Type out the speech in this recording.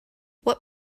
what